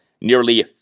nearly